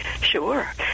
Sure